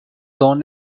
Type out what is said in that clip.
d’en